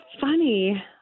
funny